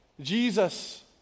Jesus